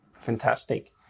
Fantastic